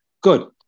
Good